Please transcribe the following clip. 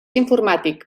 informàtic